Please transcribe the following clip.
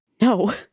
No